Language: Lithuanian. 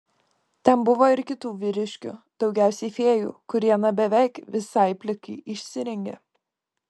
ten buvo ir kitų vyriškių daugiausiai fėjų kurie na beveik visai plikai išsirengė